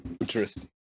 Interesting